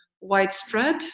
widespread